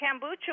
kombucha